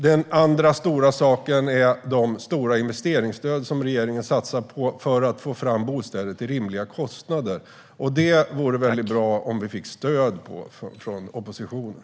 Den andra stora saken är de stora investeringsstöd som regeringen satsar på för att få fram bostäder till rimliga kostnader. Det vore väldigt bra om vi fick stöd för det från oppositionen.